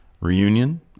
reunion